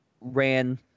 ran